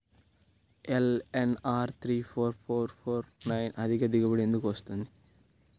LNR three four four four nine అధిక దిగుబడి ఎందుకు వస్తుంది?